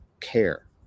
care